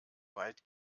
weit